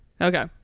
Okay